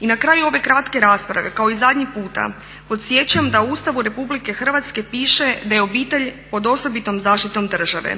I na kraju ove kratke rasprave kao i zadnji puta podsjećam da u Ustavu RH piše da je obitelj pod osobitom zaštitom države.